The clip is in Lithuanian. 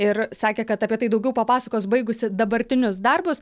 ir sakė kad apie tai daugiau papasakos baigusi dabartinius darbus